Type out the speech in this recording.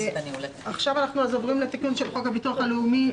אנחנו עוברים לתיקון של חוק הביטוח הלאומי,